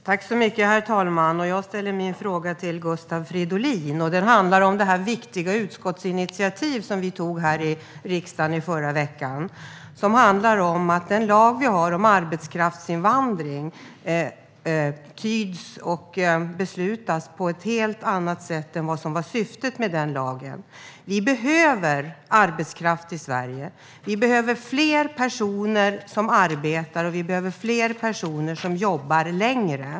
Herr talman! Jag vill ställa en fråga till Gustav Fridolin om det viktiga utskottsinitiativ som vi tog i riksdagen förra veckan. Det handlar om att den lag vi har om arbetskraftsinvandring tyds på ett helt annat sätt än vad som var syftet. Vi behöver arbetskraft i Sverige. Vi behöver fler personer som arbetar. Vi behöver också fler personer som jobbar längre.